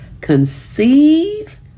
conceive